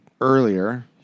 earlier